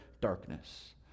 darkness